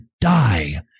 die